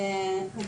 כמובן,